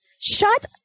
Shut